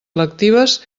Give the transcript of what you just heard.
lectives